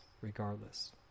Regardless